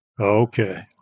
Okay